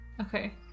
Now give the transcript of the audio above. Okay